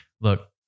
look